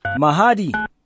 Mahadi